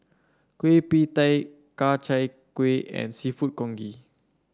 Kueh Pie Tee Ku Chai Kuih and seafood congee